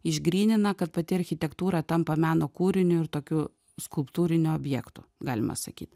išgrynina kad pati architektūra tampa meno kūriniu ir tokiu skulptūriniu objektu galima sakyt